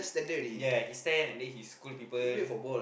yeah he stand and then he scold people